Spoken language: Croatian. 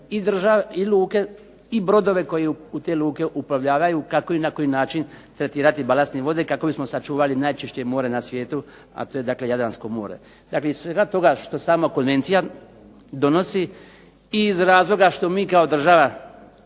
i brodove koji u te luke uplovljavaju kako i na koji način tretirati balastne vode kako bismo sačuvali najčišće more na svijetu, a to je dakle Jadransko more. Dakle, iz svega toga što sama konvencija donosi i iz razloga što mi kao država